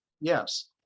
Yes